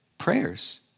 prayers